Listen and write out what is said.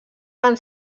van